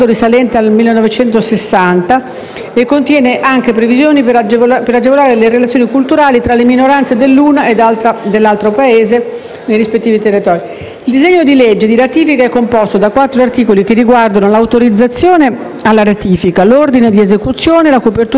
e contiene anche previsioni per agevolare le relazioni culturali tra le minoranze dell'una e dell'altra parte nei rispettivi territori. Il disegno di legge di ratifica è composto da quattro articoli, che riguardano l'autorizzazione alla ratifica, l'ordine di esecuzione, la copertura finanziaria e l'entrata in vigore.